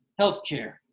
healthcare